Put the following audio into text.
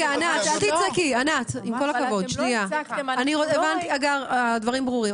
הדברים ברורים.